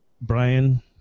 Brian